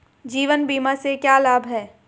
जीवन बीमा से क्या लाभ हैं?